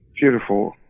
Beautiful